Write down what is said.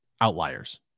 outliers